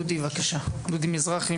דודי מזרחי,